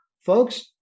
folks